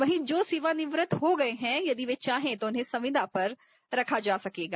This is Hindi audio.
वहीँ जो सेवानिवृत्त हो गए हैं यदि वे चाहें तो उन्हें संविदा पर रखा जा सकेगा